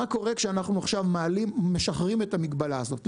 מה קורה כשאנחנו עכשיו משחררים את המגבלה הזאת.